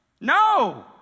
No